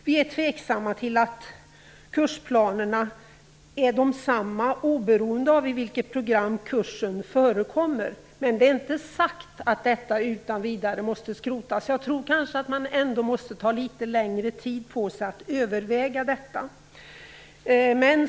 Vi är tveksamma till att kursplanerna är desamma oberoende av i vilket program kursen förekommer, men därmed har jag inte sagt att det utan vidare måste skrotas. Jag tror att man ändå måste ta litet längre tid på sig att överväga detta.